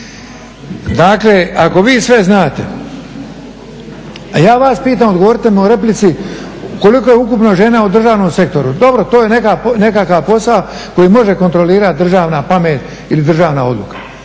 Dakle ako vi sve znate, a ja vas pitam odgovorite mi u replici koliko je ukupno žena u državnom sektoru. Dobro to je nekakav posao koji može kontrolirati državna pamet ili državna odluka.